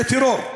זה טרור.